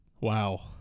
Wow